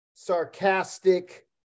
Sarcastic